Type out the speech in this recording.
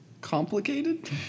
complicated